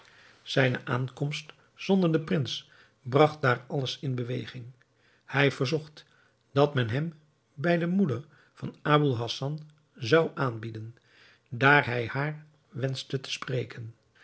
zijne aankomst zonder den prins bragt daar alles in beweging hij verzocht dat men hem bij de moeder van aboul hassan zou aandienen daar hij haar wenschte te spreken